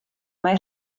mai